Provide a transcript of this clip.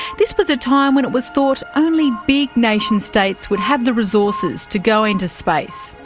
this was a time when it was thought only big nation-states would have the resources to go into space.